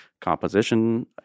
composition